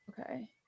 Okay